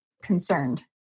concerned